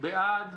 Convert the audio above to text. מי בעד?